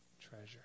treasure